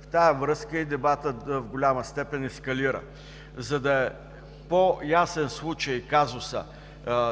В тази връзка и дебатът в голяма степен ескалира. За да е по-ясен казусът